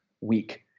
week